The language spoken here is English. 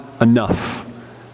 enough